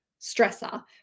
stressor